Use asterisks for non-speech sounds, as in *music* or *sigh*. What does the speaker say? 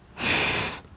*breath*